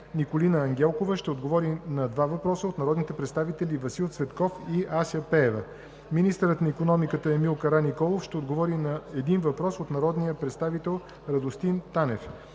Николина Ангелкова ще отговори на два въпроса от народните представители Васил Цветков; и Ася Пеева. 7. Министърът на икономиката Емил Караниколов ще отговори на един въпрос от народния представител Радостин Танев.